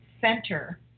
center